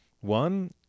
One